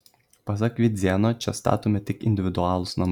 pasak vidzėno čia statomi tik individualūs namai